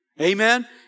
Amen